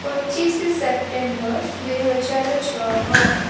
ପଚିଶ ସେପ୍ଟେମ୍ବର ଦୁଇ ହଜାର ଛଅ